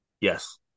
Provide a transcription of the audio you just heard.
Yes